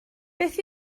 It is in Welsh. beth